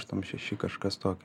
aštuom šeši kažkas tokio